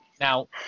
Now